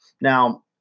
Now